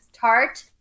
tart